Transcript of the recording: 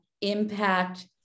impact